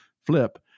flip